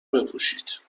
بپوشید